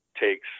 takes